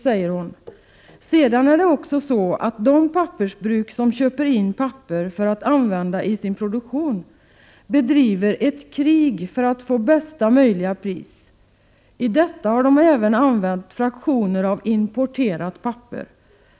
Sedan är det också så att de pappersbruk som köper in papper för att använda i sin produktion bedriver ett krig för att få bästa möjliga pris. I detta har de även använt fraktioner av importerat papper.